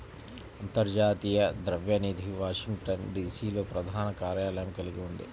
అంతర్జాతీయ ద్రవ్య నిధి వాషింగ్టన్, డి.సి.లో ప్రధాన కార్యాలయం కలిగి ఉంది